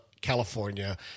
California